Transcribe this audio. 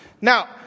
Now